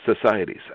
societies